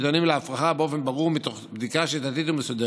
ניתנים להפרכה באופן ברור מתוך בדיקה שיטתית ומסודרת.